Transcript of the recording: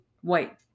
white